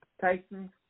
Tyson